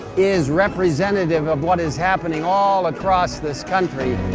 is representative of what is happening all across this country.